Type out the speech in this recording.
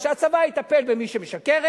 שהצבא יטפל במי שמשקרת,